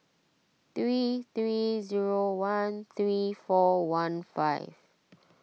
three three zero one three four one five